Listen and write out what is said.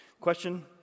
Question